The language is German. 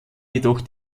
jedoch